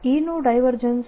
E નું divergence